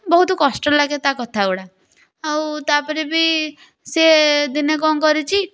ବହୁତ କଷ୍ଟ ଲାଗେ ତା କଥା ଗୁଡ଼ା ଆଉ ତାପରେ ବି ସେ ଦିନେ କ'ଣ କରିଛି